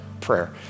prayer